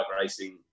racing